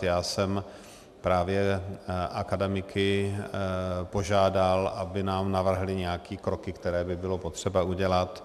Já jsem právě akademiky požádal, aby nám navrhli nějaké kroky, které by bylo potřeba udělat.